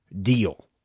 deal